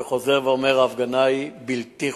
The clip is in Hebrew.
ואני חוזר ואומר: ההפגנה היא בלתי חוקית.